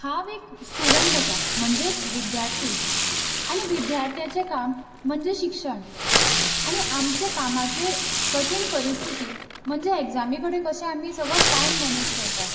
हांव एक स्टूडंट आसां म्हणजेच विद्यार्थी आनी विद्यार्थ्याचे काम म्हणजे शिक्षण आनी आमचे कामाचेर कठीण परीस्थिती म्हणजे एक्जामी कडेन कसो आमी सगळो टायम मेनेज करतात